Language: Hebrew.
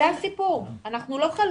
זה הסיפור, אנחנו לא חלוקים,